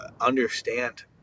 understand